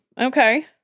Okay